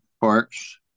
parks